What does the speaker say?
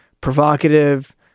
provocative